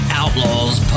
outlaws